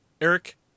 Eric